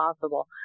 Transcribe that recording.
possible